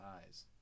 eyes